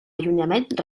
allunyament